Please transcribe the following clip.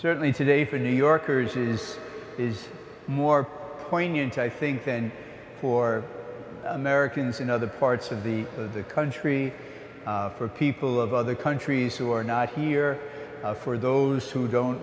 certainly today for new yorkers is is more poignant i think than for americans in other parts of the of the country for people of other countries who are not here for those who don't